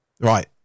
Right